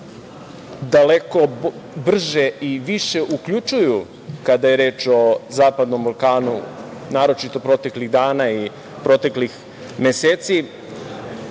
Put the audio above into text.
daleko brže i više uključuju kada je reč o Zapadnom Balkanu, naročito proteklih dana i proteklih meseci,